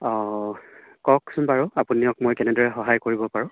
অঁ কওকচোন বাৰু আপোনাক মই কেনেদৰে সহায় কৰিব পাৰোঁ